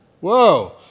Whoa